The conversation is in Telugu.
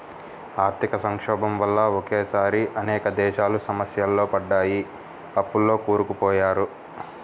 ఆర్థిక సంక్షోభం వల్ల ఒకేసారి అనేక దేశాలు సమస్యల్లో పడ్డాయి, అప్పుల్లో కూరుకుపోయారు